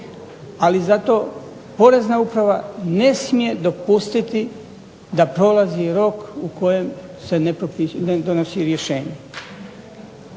Ali zato Porezna uprava ne smije dopustiti da prolazi rok u kojem se ne donosi rješenje.